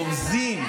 רומזים,